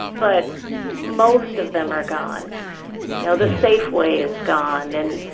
but most of them are gone. you know, the safeway is gone. and,